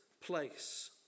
place